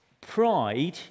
pride